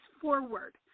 forward